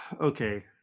Okay